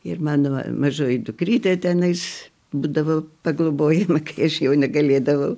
ir mano mažoji dukrytė tenais būdavo paglobojama kai aš jau negalėdavau